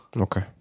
Okay